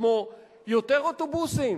כמו יותר אוטובוסים,